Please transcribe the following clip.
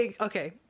okay